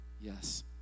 Yes